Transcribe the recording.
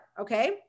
okay